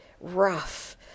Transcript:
rough